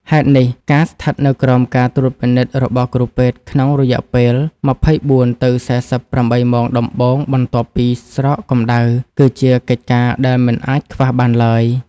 ហេតុនេះ ការស្ថិតនៅក្រោមការត្រួតពិនិត្យរបស់គ្រូពេទ្យក្នុងរយៈពេល ២៤ ទៅ ៤៨ ម៉ោងដំបូងបន្ទាប់ពីស្រកកម្ដៅ គឺជាកិច្ចការដែលមិនអាចខ្វះបានឡើយ។